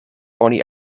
oni